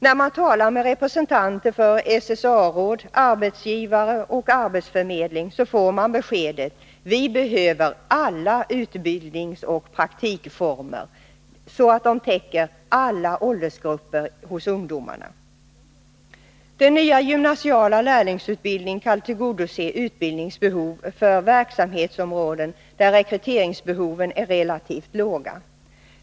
När man talar med representanter för SSA-råd, arbetsgivare och arbetsförmedlingar får man beskedet: Vi behöver alla utbildningsoch praktikformer för att täcka alla åldersgrupper bland ungdomarna. Den nya gymnasiala lärlingsutbildningen kan tillgodose utbildningsbehov för verksamhetsområden där rekryteringsbehoven är relativt låga.